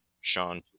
Sean